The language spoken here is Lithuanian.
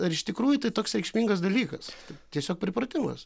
ar iš tikrųjų tai toks reikšmingas dalykas tiesiog pripratimas